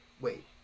Wait